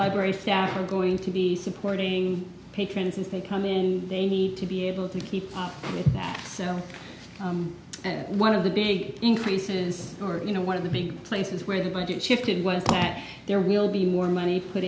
library staff are going to be supporting pecans if they come in they need to be able to keep up with that and one of the big increases or you know one of the big places where the budget shifted was that there will be more money put